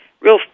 real